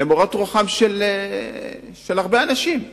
למורת רוחם של הרבה אנשים,